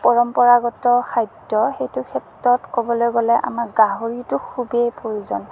পৰম্পৰাগত খাদ্য সেইটোৰ ক্ষেত্ৰত ক'বলৈ গ'লে আমাৰ গাহৰিটো খুবেই প্ৰয়োজন